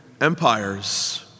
empires